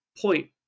point